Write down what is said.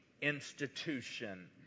institution